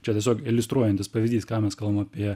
čia tiesiog iliustruojantis pavyzdys ką mes kalbam apie